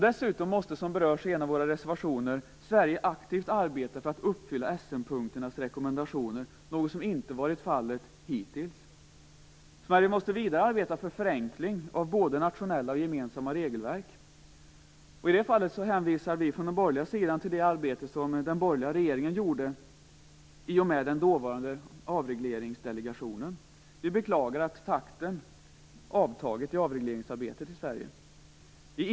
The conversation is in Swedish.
Dessutom måste, som berörs i en av våra reservationer, Sverige aktivt arbeta för att uppfylla Essenpunkternas rekommendationer, något som inte varit fallit hittills. Sverige måste vidare arbeta för en förenkling av både nationella och gemensamma regelverk. I det fallet hänvisar vi till det arbete som den borgerliga regeringen gjorde i och med att man tillsatte den dåvarande Avregleringsdelegationen. Vi beklagar att takten i avregleringsarbetet i Sverige avtagit.